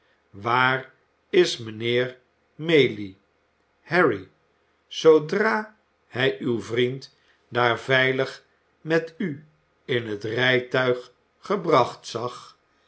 waar is mijnheer maylie harry zoodra hij uw vriend daar veilig met u in het rijtuig gebracht zag